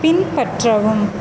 பின்பற்றவும்